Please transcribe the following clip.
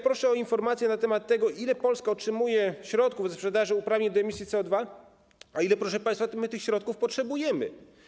Proszę o informację na temat tego, ile Polska otrzymuje środków ze sprzedaży uprawnień do emisji CO2, a ile, proszę państwa, tych środków potrzebujemy.